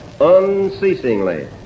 unceasingly